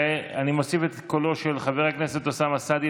אני מוסיף את קולו של חבר הכנסת אוסאמה סעדי,